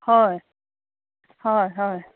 হয় হয় হয়